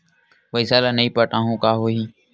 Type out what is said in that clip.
पईसा ल नई पटाहूँ का होही?